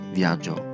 viaggio